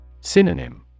Synonym